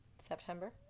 September